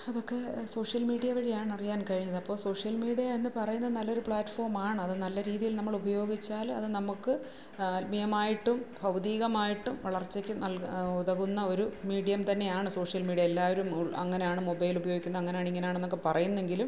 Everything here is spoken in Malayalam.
അതൊക്കെ സോഷ്യൽ മീഡിയ വഴിയാണ് അറിയാൻ കഴിയുന്നെ അപ്പോൾ സോഷ്യൽ മീഡിയ എന്ന് പറയുന്നത് നല്ലൊരു പ്ലാറ്റ്ഫോമാണ് അത് നല്ല രീതിയിൽ നമ്മൾ ഉപയോഗിച്ചാല് അത് നമുക്ക് ആത്മീയമായിട്ടും ഭൗതികമായിട്ടും വളർച്ചയ്ക്കും നൽക ഉതുകുന്ന ഒരു മീഡിയം തന്നെയാണ് സോഷ്യൽ മീഡിയ എല്ലാവരും അങ്ങനാണ് മൊബൈൽ ഉപയോഗിക്കുന്ന അങ്ങനെയാണ് ഇങ്ങനാണ് എന്നൊക്കെ പറയുന്നെങ്കിലും